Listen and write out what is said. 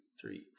three